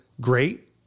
great